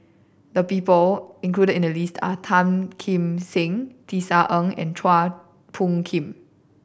the people included in the list are Tan Kim Seng Tisa Ng and Chua Phung Kim